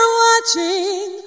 watching